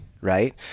right